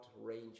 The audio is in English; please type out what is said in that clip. range